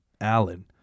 Alan